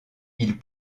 ils